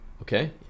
okay